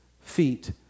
feet